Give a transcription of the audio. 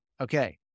Okay